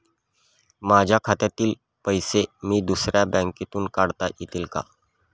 माझ्या खात्यातील पैसे मी दुसऱ्या बँकेतून काढता येतील का?